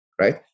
right